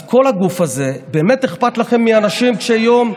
אז כל הגוף הזה, באמת אכפת לכם מאנשים קשי יום?